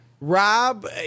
Rob